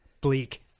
Bleak